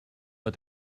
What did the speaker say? but